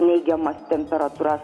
neigiamas temperatūras